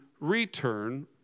return